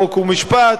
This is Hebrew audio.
חוק ומשפט,